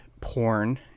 porn